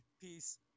peace